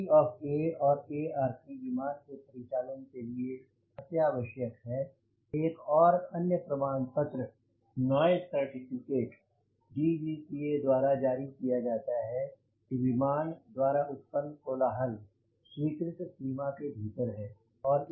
C of A और ARC विमान के परिचालन के लिए अत्यावश्यक है एक अन्य प्रमाण पत्र नॉयज़ सर्टिफिकेट डीजीसीए द्वारा जारी किया जाता है कि वायुयान द्वारा उत्पन्न कोलाहल स्वीकृत सीमा के भीतर है